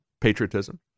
patriotism